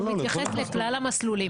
הוא מתייחס לכלל המסלולים.